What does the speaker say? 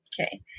Okay